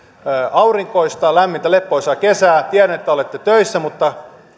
aurinkoista lämmintä leppoisaa kesää tiedän että olette töissä mutta